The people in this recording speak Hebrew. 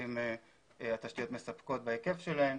האם התשתיות מספקות בהיקף שלהן,